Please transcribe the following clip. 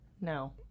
No